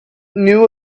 knew